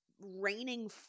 raining